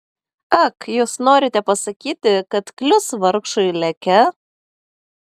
ak jūs norite pasakyti kad klius vargšui leke